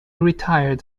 retired